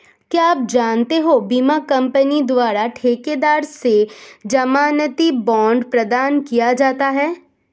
क्या आप जानते है बीमा कंपनी द्वारा ठेकेदार से ज़मानती बॉण्ड प्रदान किया जाता है?